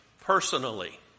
personally